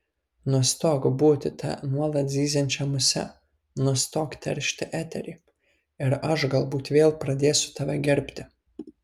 nustok būti ta nuolat zyziančia muse nustok teršti eterį ir aš galbūt vėl pradėsiu tave gerbti